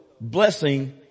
blessing